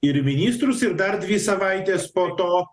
ir ministrus ir dar dvi savaites po to